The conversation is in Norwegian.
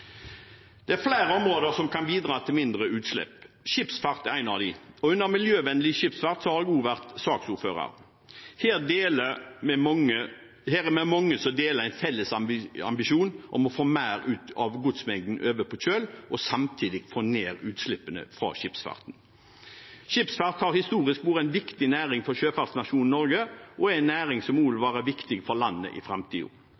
Det er flere områder som kan bidra til mindre utslipp. Skipsfart er ett av dem, og for Miljøvennlig skipsfart har jeg også vært saksordfører. Her er vi mange som deler en felles ambisjon om å få mer av godsmengden over på kjøl og samtidig få ned utslippene fra skipsfarten. Skipsfart har historisk vært en viktig næring for sjøfartsnasjonen Norge og er en næring som vil være viktig for landet også i framtiden.